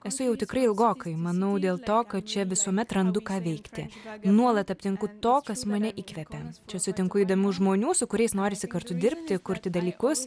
esu jau tikrai ilgokai manau dėl to kad čia visuomet randu ką veikti nuolat aptinku to kas mane įkvepia čia sutinku įdomių žmonių su kuriais norisi kartu dirbti kurti dalykus